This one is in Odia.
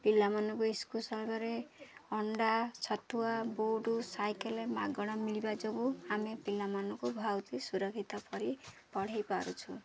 ପିଲାମାନଙ୍କୁ ସ୍କୁଲ୍ ସଳାବରେ ଅଣ୍ଡା ଛଟୁଆ ବୁଟ୍ ସାଇକେଲ୍ ମାଗଣା ମିଳିବା ଯୋଗୁଁ ଆମେ ପିଲାମାନଙ୍କୁ ଭାଉତି ସୁରକ୍ଷିତ ପରି ପଢ଼ାଇ ପାରୁଛୁ